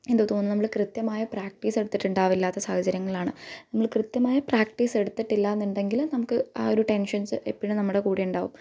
എന്ത് തോന്നുന്നു നമ്മള് കൃത്യമായ പ്രാക്ട്ടീസ് എടുത്തിട്ടുണ്ടാകില്ല സാഹചര്യങ്ങളാണ് നമ്മൾ കൃത്യമായ പ്രാക്ട്ടീസ് എടുത്തിട്ടുണ്ടാകില്ല എന്നുടെങ്കിൽ നമുക്ക് ആ ഒര് ടെന്ഷന്സ് എപ്പഴും നമ്മുടെ കൂടെ ഉണ്ടാകും